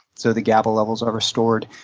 so the gaba levels are restored.